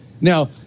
Now